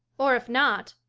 or if not,